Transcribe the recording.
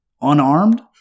unarmed